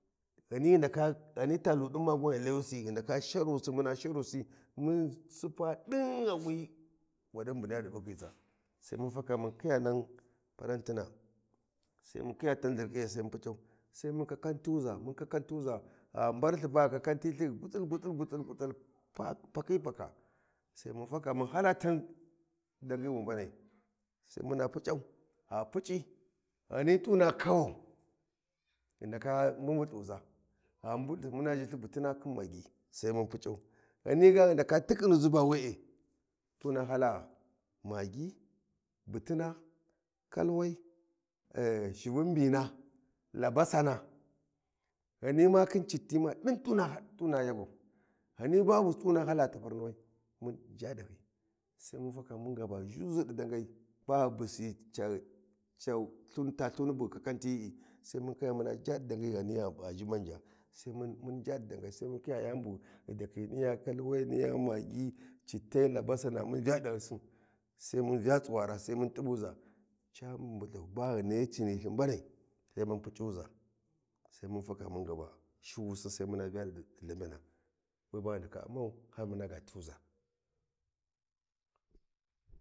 Ghan ghu ndaka Ghani ta ludin gwan ghi layusi ghu ndaka sharisi muna ghi layusi ghu ndaka sharisi muna sharusi mun sipa din gha wi wadin bu niya di bugyiza sai mun faka mun khiya nan parantina sai mun khiya ta lthirkyiyai mun puc’an mun kakatunza mun kakantuza gha mbar lthi bag hu kakanti lthi gutsil gutsil sai mun hala dangi tan wi mbanai, sai muna puc’an gha puc’I Ghani tu na kawau ghi ndaka mbumbulu za gha mbumbuli muna zha lthi butina khin magi, sai mun puc’an Ghani ga ghi ndaka tikhinuzi ba we’e t’u nah ala magi, buttina, kalwai eh shivin mbina, labasana ghama khin cittin din du na ha duna yagwau. Ghani babu du nah ala taparnuwai mun zha dahyi sai mun faka mun ba zhu zidi da ngai ba ghu busi ca ta lhuni bug hu kakantiyi, e sai muna khiya muna zha di dangi Ghani gha zhi man ja sai mun mumja di dangai sai mun khiya yani bu ghi dakhiyi niyya kalwai magi cittai labasana mun vya dahyisi sai mun vya tsuwara sai mun tubuza, ca mbumbulau ba ghi nahyi ci nilthi mbanai sai mun puc’uzai sai mun faka mun gaba shuwu sis ai muna vya di lhambena we ba ghu ndaka ummau har muna ga tu za.